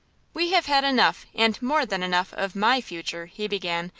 we have had enough, and more than enough, of my future, he began,